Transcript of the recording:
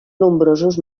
nombrosos